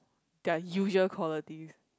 their usual qualities